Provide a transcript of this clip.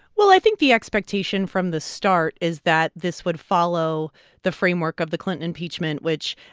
well, i think the expectation from the start is that this would follow the framework of the clinton impeachment, which,